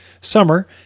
summer